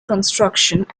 construction